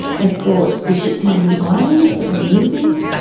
they thought the ships might have been islands that were moving.